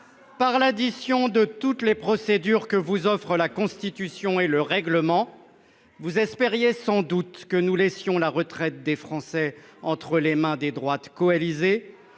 par l'addition de toutes les procédures que vous offrent la Constitution et le règlement du Sénat. Vous espériez sans doute que nous vous laisserions la retraite des Français entre les mains des droites coalisées.